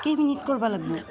কেই মিনিট কৰিব লাগিব